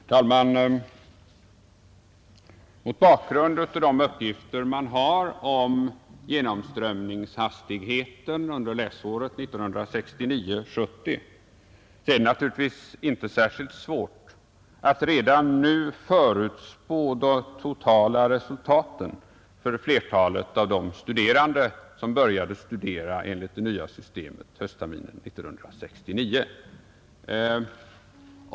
Herr talman! Mot bakgrund av de uppgifter som finns om genomströmningshastigheten under läsåret 1969/70 är det inte särskilt svårt att redan nu förutspå de totala resultaten för flertalet av de studerande som började studera enligt det nya systemet höstterminen 1969.